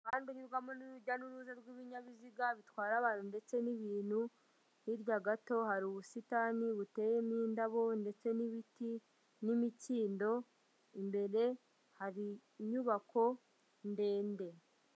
Umuhande unyurwamo n'urujya n'uruza rw'ibinyabiziga bitwara abantu ndetse n'ibintu, hirya gato hari ubusitani buteyemo indabo ndetse n'ibiti n'imikindo, imbere hari inyubako ndende.